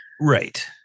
right